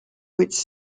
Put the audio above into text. its